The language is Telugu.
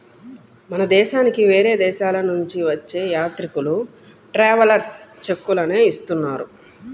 మన దేశానికి వేరే దేశాలనుంచి వచ్చే యాత్రికులు ట్రావెలర్స్ చెక్కులనే ఇస్తున్నారు